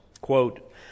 quote